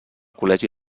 col·legi